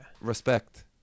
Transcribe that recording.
respect